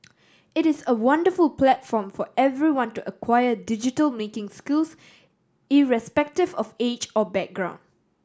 it is a wonderful platform for everyone to acquire digital making skills irrespective of age or background